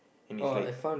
and he's like